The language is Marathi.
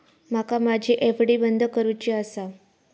माका माझी एफ.डी बंद करुची आसा